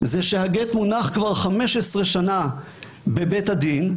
זה שהגט מונח כבר 15 שנה בבית הדין,